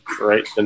right